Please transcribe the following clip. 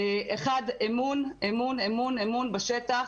זה אמון, אמון בשטח,